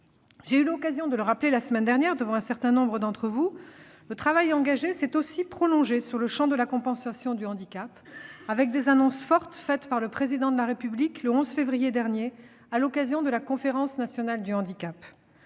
J'ai eu l'occasion de le rappeler la semaine dernière devant un certain nombre d'entre vous, le travail engagé s'est aussi prolongé sur le champ de la compensation du handicap, avec des annonces fortes du Président de la République le 11 février dernier à l'occasion de la Conférence nationale du handicap.